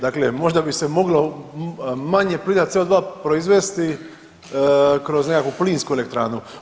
Dakle, možda bi se moglo manje plina CO2 proizvesti kroz nekakvu plinsku elektranu.